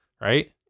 right